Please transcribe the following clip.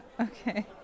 Okay